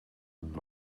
and